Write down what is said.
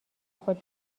خود